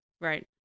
right